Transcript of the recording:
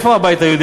איפה הבית היהודי?